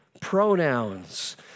pronouns